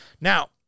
Now